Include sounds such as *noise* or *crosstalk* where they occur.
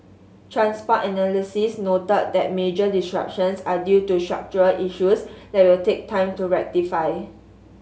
transport *unintelligible* noted that major disruptions are due to structural issues that will take time to rectify